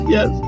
Yes